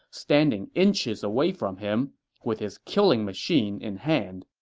standing inches away from him with his killing machine in hand